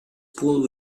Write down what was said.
pulled